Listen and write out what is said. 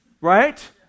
right